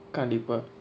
கண்டிப்பா:kandippa